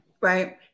Right